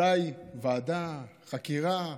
אולי ועדה, חקירה.